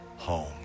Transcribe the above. home